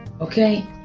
okay